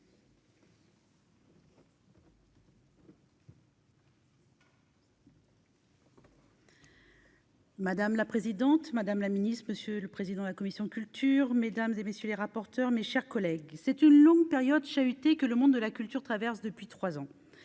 Madame la présidente, madame la ministre, monsieur le président de la commission Culture mesdames et messieurs les rapporteurs, mes chers collègues, c'est une longue période chahutée que le monde de la culture traverse depuis 3 ans